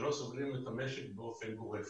שלא סוגרים את המשק באופן גורף.